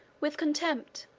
with contempt.